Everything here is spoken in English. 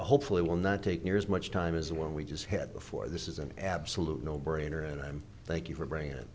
hopefully will not take near as much time as the one we just had before this is an absolute no brainer and i'm thank you for bringing it